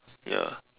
ya